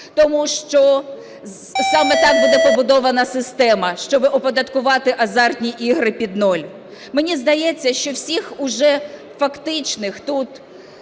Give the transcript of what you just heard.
тому що саме так буде побудована система, щоби оподаткувати азартні ігри під нуль. Мені здається, що всіх уже фактичних тут